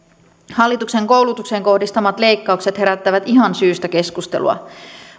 hallituksen koulutukseen kohdistamat leikkaukset herättävät ihan syystä keskustelua